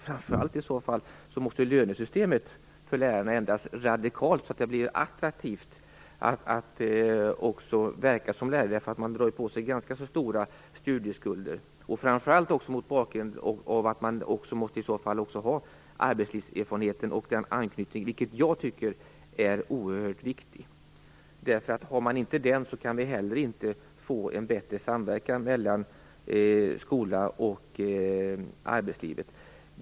Framför allt måste i så fall lönesystemet för lärarna ändras radikalt, så att det blir attraktivt att verka som lärare - en lärarutbildning innebär ju att man drar på sig ganska stora studieskulder. Detta gäller i synnerhet som man också måste ha arbetslivserfarenheten och anknytningen till arbetslivet, något som jag tycker är oerhört viktigt. Har man inte den anknytningen kan vi heller inte få en bättre samverkan mellan skola och arbetsliv.